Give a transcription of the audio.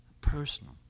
personal